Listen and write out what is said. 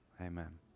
Amen